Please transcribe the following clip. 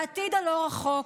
בעתיד הלא-רחוק,